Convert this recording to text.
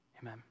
Amen